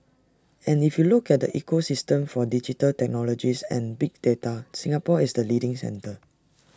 and if you look at the ecosystem for digital technologies and big data Singapore is the leading centre